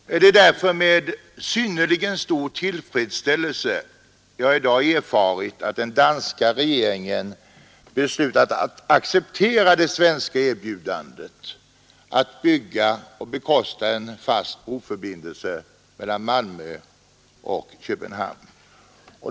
Det är därför med synnerligen stor tillfredsställelse jag i dag erfarit att den danska regeringen beslutat acceptera det svenska erbjudandet att bygga och bekosta en fast broförbindelse mellan Malmö och Köpenhamn.